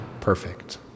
perfect